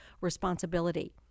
responsibility